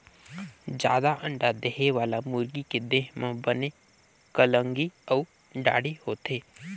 जादा अंडा देहे वाला मुरगी के देह म बने कलंगी अउ दाड़ी होथे